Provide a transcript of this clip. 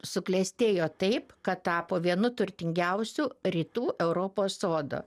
suklestėjo taip kad tapo vienu turtingiausių rytų europos sodo